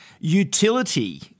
utility